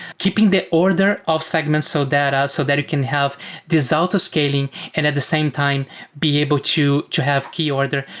keeping the order of segments so that ah so that it can have this autoscaling and at the same time be able to to have key order.